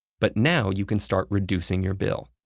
but now you can start reducing your bill.